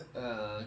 uh